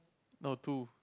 no two